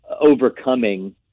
overcoming –